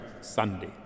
Sunday